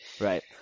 Right